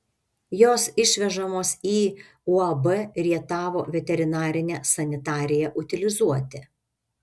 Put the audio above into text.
jos išvežamos į uab rietavo veterinarinę sanitariją utilizuoti